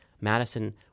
Madison